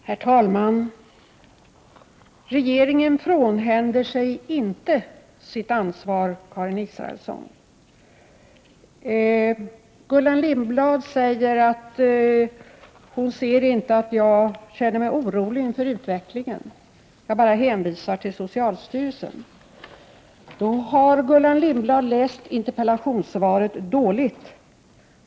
Herr talman! Regeringen frånsäger sig inte sitt ansvar, Karin Israelsson. Gullan Lindblad säger att hon inte kan se att jag känner oro inför utvecklingen utan att jag bara hänvisar till socialstyrelsen. Då har Gullan Lindblad läst interpellationssvaret dåligt.